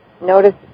notice